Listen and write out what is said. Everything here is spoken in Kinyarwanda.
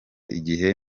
igihe